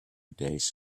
days